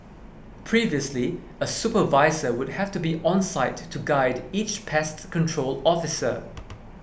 previously a supervisor would have to be on site to guide each pest control officer